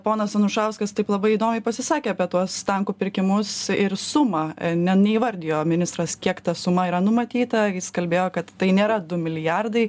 ponas anušauskas taip labai įdomiai pasisakė apie tuos tankų pirkimus ir sumą ne neįvardijo ministras kiek ta suma yra numatyta jis kalbėjo kad tai nėra du milijardai